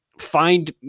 Find